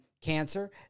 cancer